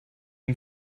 ihm